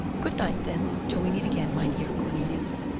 good night, then, till we meet again, mynheer cornelius.